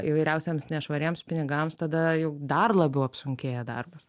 įvairiausiems nešvariems pinigams tada jau dar labiau apsunkėja darbas